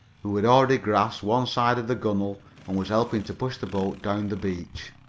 who had already grasped one side of the gunwale and was helping to push the boat down the beach.